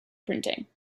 printing